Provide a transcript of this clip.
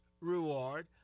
reward